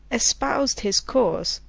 espoused his cause,